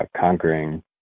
conquering